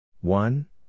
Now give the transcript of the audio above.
One